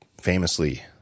famously